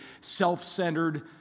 self-centered